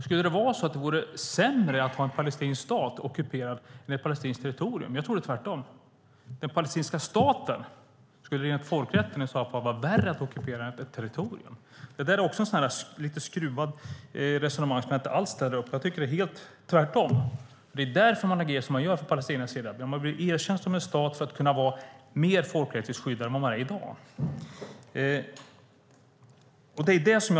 Skulle det vara sämre att ha en palestinsk stat ockuperad än ett palestinskt territorium? Jag tror att det är tvärtom. Enligt folkrätten skulle det vara värre att ockupera den palestinska staten än ett territorium. Det här är också ett lite skruvat resonemang som jag inte alls ställer upp på. Jag tycker att det är helt tvärtom. Att man agerar som man gör från Palestinas sida är därför att man vill bli erkänd som en stat för att kunna vara mer folkrättsligt skyddad än vad man är i dag.